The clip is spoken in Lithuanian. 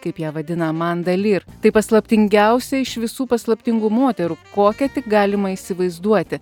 kaip ją vadina amanda lyr tai paslaptingiausia iš visų paslaptingų moterų kokią tik galima įsivaizduoti